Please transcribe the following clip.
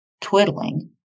Twiddling